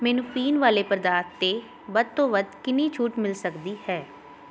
ਮੈਨੂੰ ਪੀਣ ਵਾਲੇ ਪਦਾਰਥ 'ਤੇ ਵੱਧ ਤੋਂ ਵੱਧ ਕਿੰਨੀ ਛੂਟ ਮਿਲ ਸਕਦੀ ਹੈ